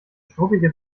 struppige